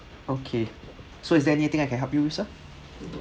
okay so is there anything I can help you with sir